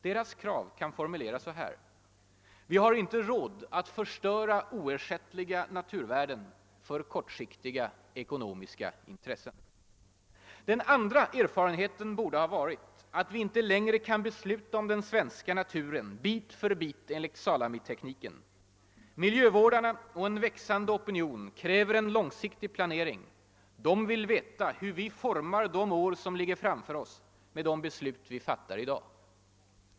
Deras krav kan formuleras så här: vi har inte råd och rätt att förstöra oersättliga naturvärden för kortsiktiga ekonomiska intressen. Den andra erfarenheten borde ha varit att vi inte längre kan besluta om den svenska naturen bit för bit enligt salamitekniken. Miljövårdarna och en växande opinion kräver en långsiktig planering. De vill veta hur vi formar de år som ligger framför oss med de beslut vi fattar i dag.